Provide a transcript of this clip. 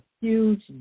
huge